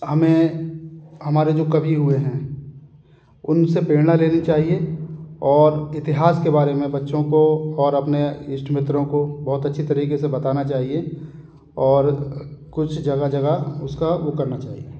हमें हमारे जो कवि हुए हैं उन से प्रेरणा लेनी चाहिए और इतिहास के बारे में बच्चों को और अपने ईष्ट मित्रों को बहुत अच्छी तरीक़े से बताना चाहिए और कुछ जगह जगह उसका वो करना चाहिए